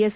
S